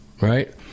Right